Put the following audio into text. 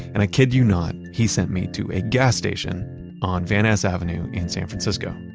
and i kid you not, he sent me to a gas station on van ness avenue in san francisco.